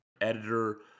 editor